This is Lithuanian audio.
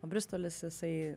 o bristolis jisai